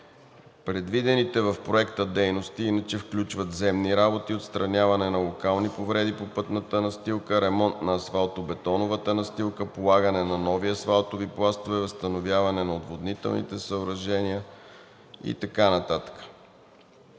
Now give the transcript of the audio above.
Предвидените в Проекта дейности иначе включват земни работи, отстраняване на локални повреди по пътната настилка, ремонт на асфалтобетоновата настилка, полагане на нови асфалтови пластове, възстановяване на отводнителните съоръжения и така